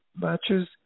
matches